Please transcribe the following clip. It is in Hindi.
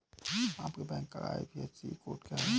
आपके बैंक का आई.एफ.एस.सी कोड क्या है?